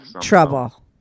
trouble